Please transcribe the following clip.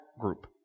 group